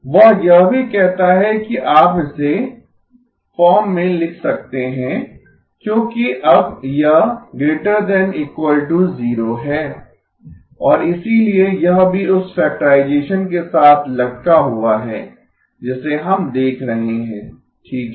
वह यह भी कहता है कि आप इसे फ़ॉर्म में लिख सकते है क्योंकि अब यह ≥ 0 है और इसीलिए यह भी उस फैक्टराइज़ेशन के साथ लटका हुआ है जिसे हम देख रहे हैं ठीक है